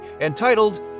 entitled